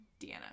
Deanna